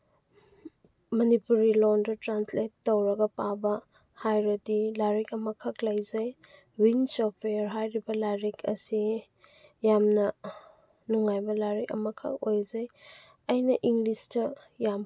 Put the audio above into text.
ꯃꯅꯤꯄꯨꯔꯤ ꯂꯣꯟꯗ ꯇ꯭ꯔꯥꯟꯁꯂꯦꯠ ꯇꯧꯔꯒ ꯄꯥꯕ ꯍꯥꯏꯔꯗꯤ ꯂꯥꯏꯔꯤꯛ ꯑꯃꯈꯛ ꯂꯩꯖꯩ ꯋꯤꯡꯁ ꯑꯣꯐ ꯐꯤꯌꯔ ꯍꯥꯏꯔꯤꯕ ꯂꯥꯏꯔꯤꯛ ꯑꯁꯤ ꯌꯥꯝꯅ ꯅꯨꯡꯉꯥꯏꯕ ꯂꯥꯏꯔꯤꯛ ꯑꯃꯈꯛ ꯑꯣꯏꯖꯩ ꯑꯩꯅ ꯏꯪꯂꯤꯁꯇ ꯌꯥꯝ